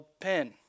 pen